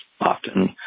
often